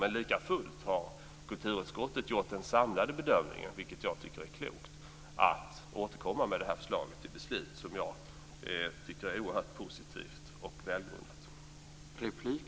Men likafullt har kulturutskottet gjort den samlade bedömningen, vilket jag tycker är klokt, att man ska återkomma med detta förslag till beslut som jag tycker är oerhört positivt och välgrundat.